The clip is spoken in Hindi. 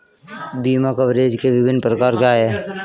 बीमा कवरेज के विभिन्न प्रकार क्या हैं?